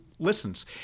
listens